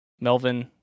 Melvin